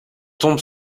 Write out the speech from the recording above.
tombe